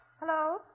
Hello